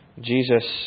Jesus